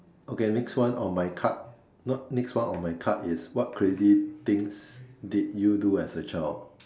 okay next one on my card not next one on my card is what crazy things did you do as a child